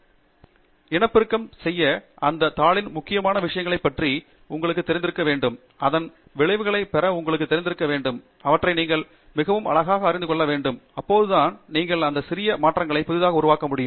பேராசிரியர் ஆண்ட்ரூ தங்கராஜ் இனப்பெருக்கம் செய்ய முடியும் அந்தத் தாளின் முக்கியமான விஷயங்களைப் பற்றி உங்களுக்குத் தெரிந்திருக்க வேண்டும் இதன் விளைவைப் பெறுவதற்கு உதவும் உங்களுக்குத் தெரிந்திருக்க வேண்டும் அவற்றை நீங்கள் மிகவும் ஆழமாக அறிந்து கொள்ள வேண்டும் அப்போதுதான் நீங்கள் அந்த சிறிய மாற்றங்களை புதிதாக உருவாக்க முடியும்